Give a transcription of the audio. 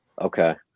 Okay